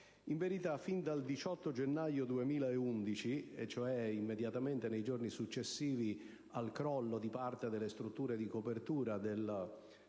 In verità, fin dal 18 gennaio 2011, cioè nei giorni immediatamente successivi al crollo di parte delle strutture di copertura del teatro